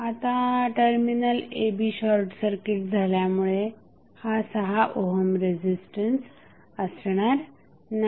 आता terminal a b short circuit झाल्यामुळे हा 6 ओहम रेझिस्टन्स असणार नाही